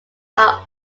are